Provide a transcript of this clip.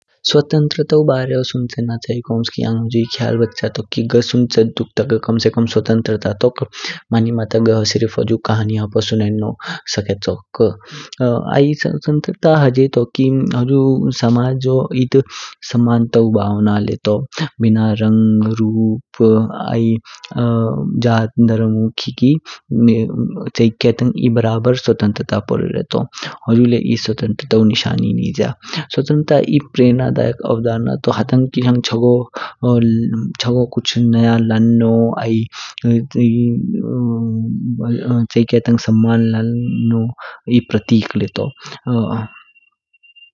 स्वतन्त्रतऊ बारेरो सुनचेन चियेकी ओम्सकी आँग हुझी ख्याल बच्या तोकी घः सुनचेन ता घः कम से कम स्वतन्त्र तोक, मणिमा ता घः सिर्फ खानी सुचेन शेकेतोक। आई स्वतन्त्रता हजे तो की समझो हुझु एध समानतऊ भावना तो, बिना रंग, रूप आई जात, धर्म मा खेकि। चियके तंग ई बराबर स्वतन्त्रता पोरेरे तू, हुझु ले एध् स्वतन्त्रतऊ निशानी निज्य। स्वतन्त्रता एध प्रेरणादायी अवधारणा तो हतंग किशंग चगो कुच नया लानो, चैयके तंग सन्मान लानो एध प्रतीक ले तो।